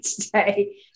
today